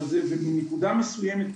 בנקודה מסויימת,